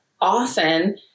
often